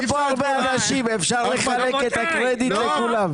אפשר לחלק את הקרדיט לכולם.